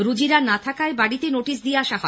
রুজিরা না থাকায় বাড়িতে নোটিস দিয়ে আসা হয়